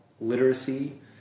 literacy